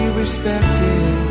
respected